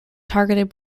targeted